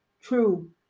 true